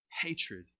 hatred